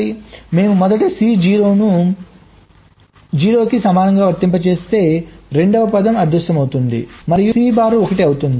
మేము మొదట C 0 ను 0 కి సమానంగా వర్తింపజేస్తే రెండవ పదం అదృశ్యమవుతుంది మరియు C బార్ 1 అవుతుంది